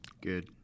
Good